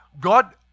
God